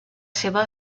seva